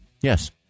Yes